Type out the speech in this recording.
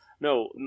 No